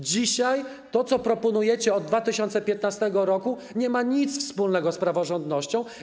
Dzisiaj to, co proponujecie od 2015 r., nie ma nic wspólnego z praworządnością.